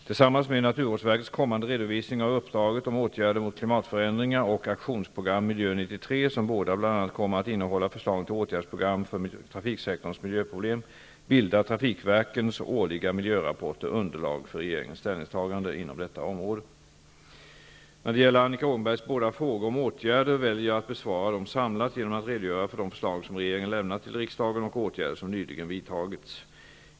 Tillsammans med naturvårdsverkets kommande redovisning av uppdraget om åtgärder mot klimatförändringar och aktionsprogram Miljö 93, som båda bl.a. kommer att innehålla förslag till åtgärdsprogram för trafiksektorns miljöproblem, bildar trafikverkens årliga miljörapporter underlag för regeringens ställningstaganden inom detta område. När det gäller Annika Åhnbergs båda frågor om åtgärder väljer jag att besvara dem samlat genom att redogöra för de förslag som regeringen lämnat till riksdagen och åtgärder som nyligen vidtagits.